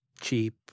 cheap